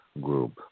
group